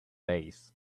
lace